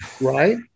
right